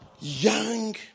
Young